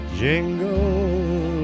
jingle